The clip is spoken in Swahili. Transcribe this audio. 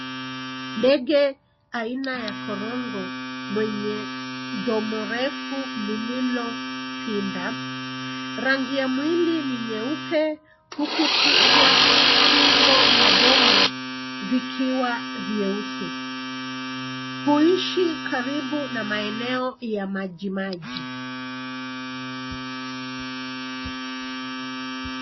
Ndege aina ya korongo mwenye domo mrefu lililopinda. Rangi ya mwili ni nyeupe huku kichwa, shingo na domo vikiwa vyeusi. Huishi karibu na maeneo ya maji maji.